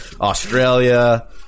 Australia